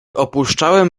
opuszczałem